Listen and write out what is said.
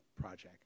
project